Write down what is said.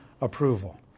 approval